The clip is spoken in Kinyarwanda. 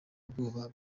ubwoba